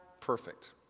perfect